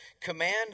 Command